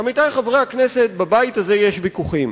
עמיתי חברי הכנסת, בבית הזה יש ויכוחים.